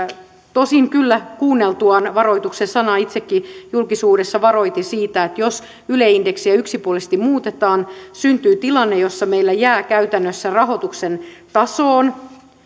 tosin kyllä kuunneltuaan varoituksen sanaa itsekin julkisuudessa varoitin siitä että jos yle indeksiä yksipuolisesti muutetaan syntyy tilanne jossa meillä jää käytännössä rahoituksen tasoon